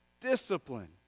discipline